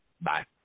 Bye